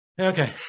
Okay